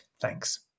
Thanks